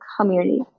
community